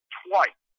twice